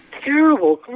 terrible